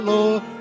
Lord